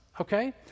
okay